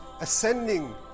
ascending